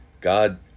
God